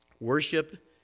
Worship